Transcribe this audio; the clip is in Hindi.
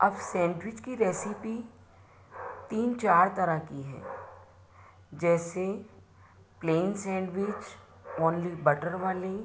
अब सैंडविच की रेसिपी तीन चार तरह की है जैसे plain sandwich only only butter वाले